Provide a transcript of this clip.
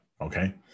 okay